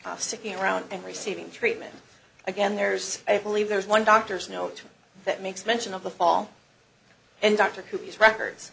sticking around and receiving treatment again there's i believe there's one doctor's note that makes mention of the fall and dr koop these records